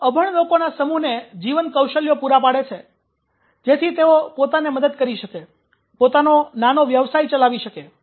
તેઓ અભણ લોકોના સમૂહને જીવન કૌશલ્યો પૂરા પાડે છે જેથી તેઓ પોતાને મદદ કરી શકે પોતાનો નાનો વ્યવસાય ચલાવી શકે